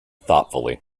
thoughtfully